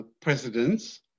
presidents